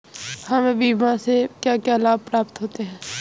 हमें बीमा से क्या क्या लाभ प्राप्त होते हैं?